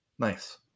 Nice